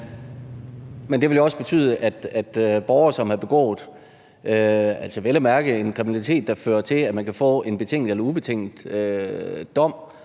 Men det vil jo også betyde, at borgere, som har begået en kriminalitet, der fører til, at man kan få en betinget eller ubetinget dom,